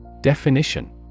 Definition